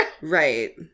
Right